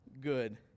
good